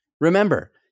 Remember